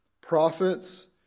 prophets